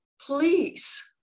please